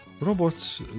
robot